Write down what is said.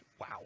wow